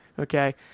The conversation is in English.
okay